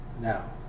now